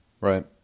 right